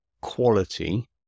quality